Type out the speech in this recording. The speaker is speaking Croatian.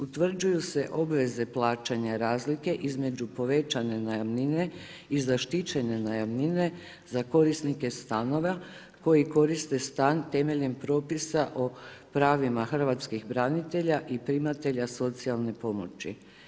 Utvrđuju se obveze plaćanja razlike između povećane najamnine i zaštićene najamnine za korisnike stanova koji koriste stan temeljem propisa o pravima hrvatskih branitelja i primatelja socijalne pomoći.